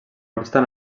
obstant